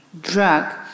drug